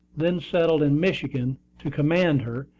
then settled in michigan, to command her,